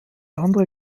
andere